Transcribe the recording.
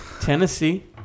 Tennessee